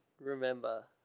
remember